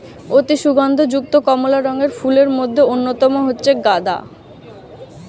অতি সুগন্ধ যুক্ত কমলা রঙের ফুলের মধ্যে অন্যতম হচ্ছে গাঁদা